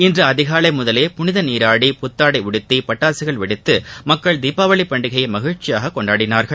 இன்று அதிகாலை முதலே புனித நீராடி புத்தாடை உடுத்தி பட்டாசுகள் வெடித்து மக்கள் தீபாவளி பண்டிகையை மகிழ்ச்சியாக கொண்டாடினார்கள்